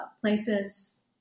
places